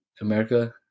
America